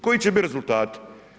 Koji će bit rezultati?